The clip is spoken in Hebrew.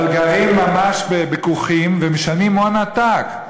אבל גרים ממש בכוכים ומשלמים הון עתק.